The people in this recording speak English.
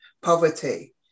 poverty